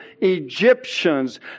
Egyptians